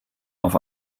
auf